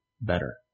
better